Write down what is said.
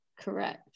correct